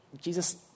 Jesus